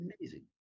amazing